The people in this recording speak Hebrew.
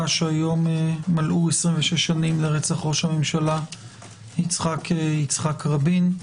שהיום מלאו 26 שנים לרצח ראש הממשלה יצחק רבין.